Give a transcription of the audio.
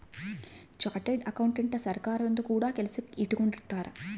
chartered ಅಕೌಂಟೆಂಟನ ಸರ್ಕಾರದೊರು ಕೂಡ ಕೆಲಸಕ್ ಇಟ್ಕೊಂಡಿರುತ್ತಾರೆ